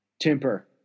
Temper